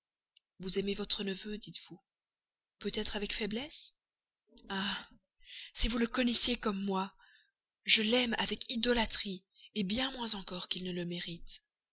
vous aimez votre neveu dites-vous peut-être avec faiblesse ah si vous le connaissiez comme moi je l'aime avec idolâtrie bien moins encore qu'il ne le mérite